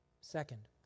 Second